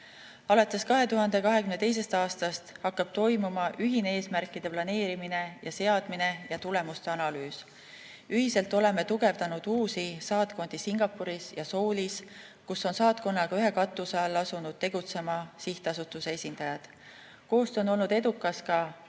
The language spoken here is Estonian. Alates 2022. aastast hakkab toimuma ühine eesmärkide planeerimine ja seadmine ja tulemuste analüüs. Ühiselt oleme tugevdanud uusi saatkondi Singapuris ja Soulis, kus on saatkonnaga ühe katuse all asunud tegutsema sihtasutuse esindajad. Koostöö on olnud edukas ka